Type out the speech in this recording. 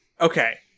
Okay